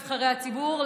נבחרי הציבור,